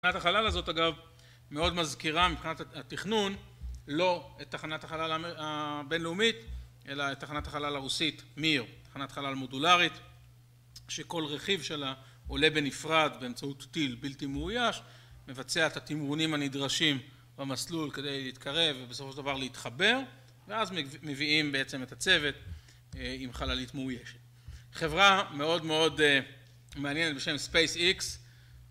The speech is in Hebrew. תחנת החלל הזאת, אגב, מאוד מזכירה מבחינת התכנון, לא את תחנת החלל הבינלאומית, אלא את תחנת החלל הרוסית, מיר, תחנת חלל מודולרית, שכל רכיב שלה עולה בנפרד באמצעות טיל בלתי מאויש, מבצע את התימונים הנדרשים במסלול כדי להתקרב ובסופו של דבר להתחבר, ואז מביאים בעצם את הצוות עם חללית מאוישת. חברה מאוד מאוד מעניינת בשם Space X.